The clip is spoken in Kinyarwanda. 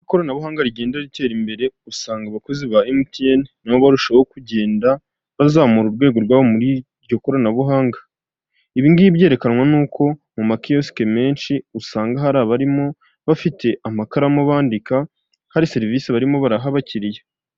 Ikoranabuhanga rigenda ritera imbere, usanga abakozi ba MTN, nabo barushaho kugenda bazamura urwego rwabo muri iryo koranabuhanga, ibi ngibi byerekanwa n'uko mu makiyosike menshi usanga hari abarimo bafite amakaramu bandika, hari serivisi barimo baraha abakiriya.